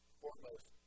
foremost